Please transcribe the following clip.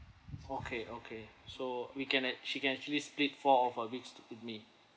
okay okay so we can act~ she can actually split four of her weeks t~ with me